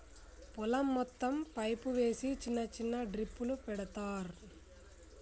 పొలం మొత్తం పైపు వేసి చిన్న చిన్న డ్రిప్పులు పెడతార్